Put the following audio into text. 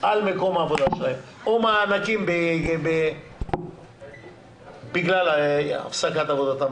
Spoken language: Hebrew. על מקום העבודה שלהם או מענקים בגלל הפסקת עבודתם.